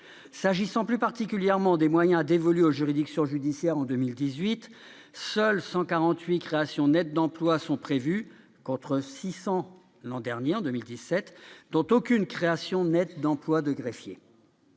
S'agissant plus particulièrement des moyens dévolus aux juridictions judiciaires en 2018, seules 148 créations nettes d'emplois sont prévues- contre 600 en 2017 -, dont aucune création nette d'emploi de greffier.